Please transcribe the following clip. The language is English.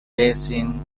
basin